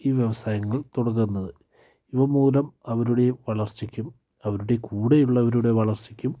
ഈ വ്യവസായങ്ങൾ തുടങ്ങുന്നത് ഇവ മൂലം അവരുടെ വളർച്ചയ്ക്കും അവരുടെ കൂടെയുള്ളവരുടെ വളർച്ചയ്ക്കും